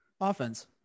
offense